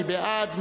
מי בעד,